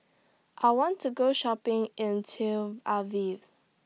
I want to Go Shopping in Tel Aviv